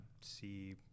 see